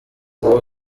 ubu